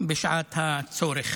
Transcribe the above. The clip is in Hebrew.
בשעת הצורך.